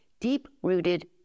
deep-rooted